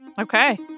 Okay